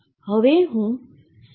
હવે હું right લખી શકું છું